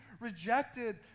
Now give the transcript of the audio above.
rejected